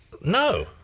no